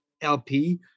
LP